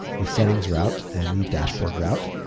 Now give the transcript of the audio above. the settings route, and the dashboard route.